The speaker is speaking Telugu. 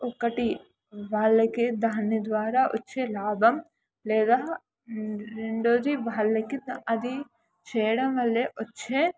ఒకటి వాళ్ళకి దాని ద్వారా వచ్చే లాభం లేదా రెండోది వాళ్లకి అది చేయడం వల్లే వచ్చే